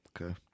Okay